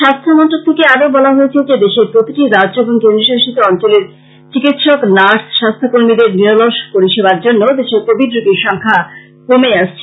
স্বাস্থ্য মন্ত্রক থেকে আরো বলা হয়েছে যে দেশের প্রতিটি রাজ্য ও কেন্দ্রীয় শাসিত অঞ্চলের চিকিৎসক নার্স স্বাস্থ্য কর্মীদের পরিষেবার কারনে দেশে কোবিড রোগীর সংখ্যা কমে আসছে